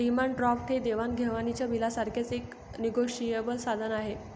demand draft हे देवाण घेवाणीच्या बिलासारखेच एक निगोशिएबल साधन आहे